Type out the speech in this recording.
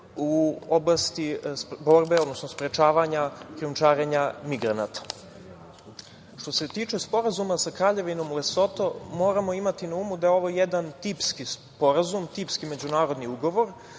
u oblasti borbe, odnosno sprečavanja krijumčarenja migranata. Što se tiče Sporazuma sa Kraljevinom Lesoto moramo imati na umu da je ovo jedan tipski sporazum, tipski međunarodni ugovor.